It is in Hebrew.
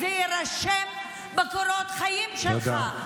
יירשם בקורות החיים שלך,